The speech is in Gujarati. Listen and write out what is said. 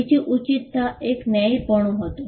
ત્રીજી ઉચિતતા એક ન્યાયીપણું હતું